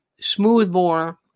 smoothbore